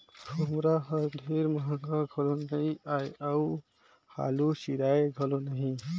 खोम्हरा हर ढेर महगा घलो नी आए अउ हालु चिराए घलो नही